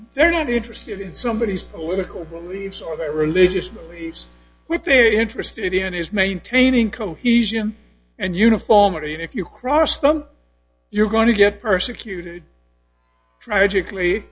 they're not interested in somebodies political beliefs or their religious beliefs with their interested in is maintaining cohesion and uniformity and if you cross the you're going to get persecuted tragically